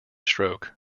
stroke